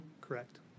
Correct